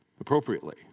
appropriately